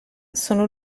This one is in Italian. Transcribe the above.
sono